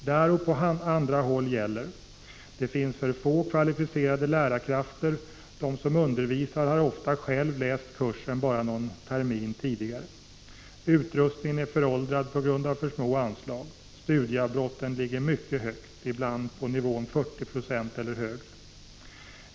Där och på andra håll gäller: Det finns för få kvalificerade lärarkrafter — de som undervisar har ofta själva läst kursen bara någon termin tidigare. Utrustningen är föråldrad på grund av för små anslag. Studieavbrotten ligger mycket högt, ibland på nivån 40 96 eller högre.